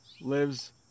lives